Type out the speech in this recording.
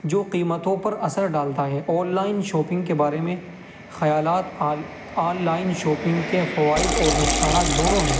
جو قیمتوں پر اثر ڈالتا ہے آن لائن شاپنگ کے بارے میں خیالات آل آن لائنش شاپنگ کے فوائد اور نقصانات دونوں ہیں